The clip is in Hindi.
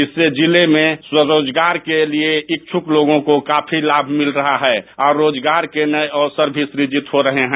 इससे जिले में स्वरोजगार के इच्छुक लोगों को काफी लाभ मिल रहा है और रोजगार के नए अवसर भी सृजित हो रहे हैं